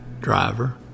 driver